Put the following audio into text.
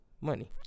money